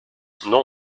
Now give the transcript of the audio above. non